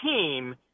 team